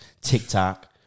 TikTok